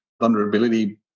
vulnerability